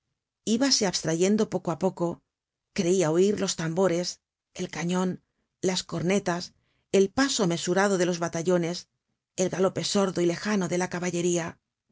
oido íbase abstrayendo poco á poco creia oir los tambores el cañon las cornetas el paso mesurado de los batallones el galope sordo y lejano de la caballería